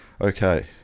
Okay